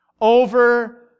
over